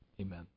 amen